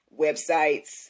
websites